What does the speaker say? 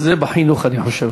זה בחינוך, אני חושב.